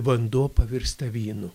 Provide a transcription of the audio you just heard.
vanduo pavirsta vynu